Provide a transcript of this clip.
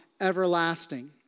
everlasting